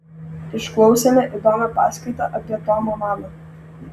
išklausėme įdomią paskaitą apie tomą maną